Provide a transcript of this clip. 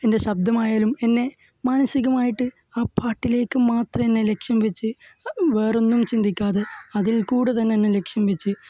എന്റെ ശബ്ദമായാലും എന്നെ മാനസികമായിട്ട് ആ പാട്ടിലേക്ക് മാത്രം തന്നെ ലക്ഷ്യം വെച്ച് വേറെ ഒന്നും ചിന്തിക്കാതെ അതില് കൂടെ തന്നെ എന്നെ ലക്ഷ്യം വെച്ച്